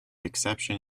exception